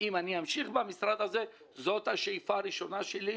במשרד הזה זאת השאיפה הראשונה שלי,